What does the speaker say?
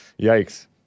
Yikes